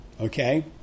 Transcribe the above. okay